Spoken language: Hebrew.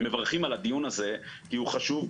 מברכים על הדיון הזה כי הוא חשוב,